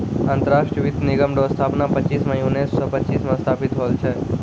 अंतरराष्ट्रीय वित्त निगम रो स्थापना पच्चीस मई उनैस सो पच्चीस मे स्थापित होल छै